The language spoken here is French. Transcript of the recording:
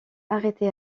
arrêté